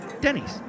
denny's